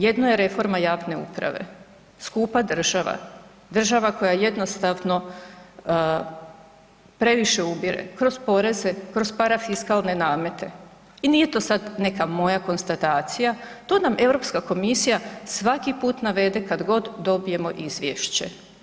Jedno je reforma javne uprave, skupa država, država koja jednostavno previše ubire kroz poreze, kroz parafiskalne namete i nije to sad neka moja konstatacija, to nam Europska komisija svaki put navede kad god dobijemo izvješće.